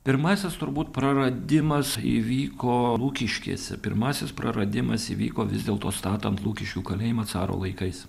pirmasis turbūt praradimas įvyko lukiškėse pirmasis praradimas įvyko vis dėlto statant lukiškių kalėjimą caro laikais